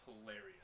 hilarious